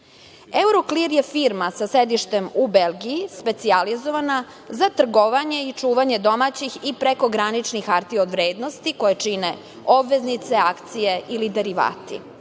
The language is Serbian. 40%.„Euroclear“ je firma sa sedištem u Belgiji, specijalizovana za trgovanje i čuvanje domaćih i prekograničnih hartija od vrednosti koje čine: obveznice, akcije ili darivati,